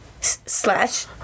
slash